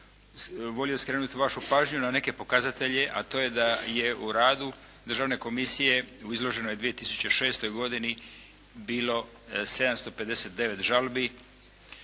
volio bih skrenuti vašu pažnju na neke pokazatelje a to je da je u radu državne komisije u izloženoj 2006. godini bilo 759 žalbi.